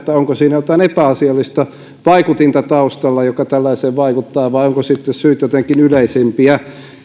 onko siinä taustalla jotain epäasiallista vaikutinta joka tällaiseen vaikuttaa vai ovatko syyt sitten jotenkin yleisempiä